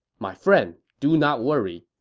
my friend, do not worry.